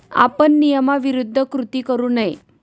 आपण नियमाविरुद्ध कृती करू नये